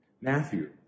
Matthew